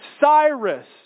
Cyrus